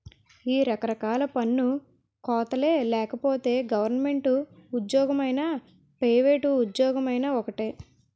ఈ రకరకాల పన్ను కోతలే లేకపోతే గవరమెంటు ఉజ్జోగమైనా పైవేట్ ఉజ్జోగమైనా ఒక్కటే